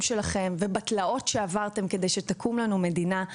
שלכם ובתלאות שעברתם כדי שתקום לנו מדינה.